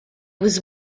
was